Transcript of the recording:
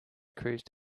cruised